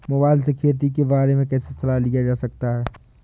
Mobile से खेती के बारे कैसे सलाह लिया जा सकता है?